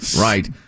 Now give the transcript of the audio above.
right